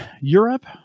Europe